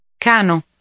Cano